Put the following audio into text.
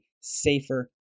safer